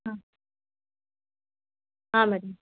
ಹಾಂ ಹಾಂ ಮೇಡಮ್